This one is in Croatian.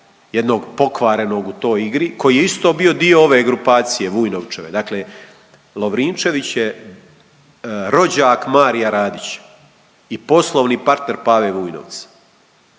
jednog pokvarenog u toj igri koji je isto bio dio ove grupacije Vujnovćeve. Dakle, Lovrinčević je rođak Maria Radića i poslovni partner Pave Vujnovca,